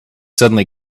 suddenly